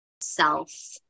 self